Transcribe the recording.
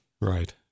Right